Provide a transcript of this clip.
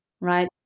Right